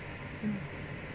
mm